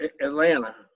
Atlanta